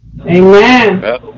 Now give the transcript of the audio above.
Amen